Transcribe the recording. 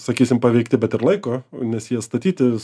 sakysim paveikti bet ir laiko nes jie statyti